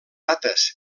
dates